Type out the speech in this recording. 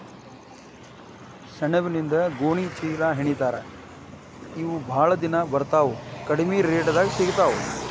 ಸೆಣಬಿನಿಂದ ಗೋಣಿ ಚೇಲಾಹೆಣಿತಾರ ಇವ ಬಾಳ ದಿನಾ ಬರತಾವ ಕಡಮಿ ರೇಟದಾಗ ಸಿಗತಾವ